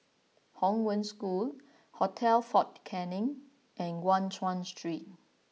Hong Wen School Hotel Fort Canning and Guan Chuan Street